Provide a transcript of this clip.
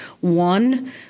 One